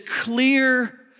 clear